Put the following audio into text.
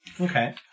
Okay